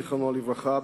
זיכרונו לברכה,